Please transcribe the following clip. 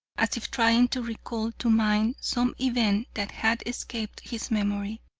as if trying to recall to mind some event that had escaped his memory.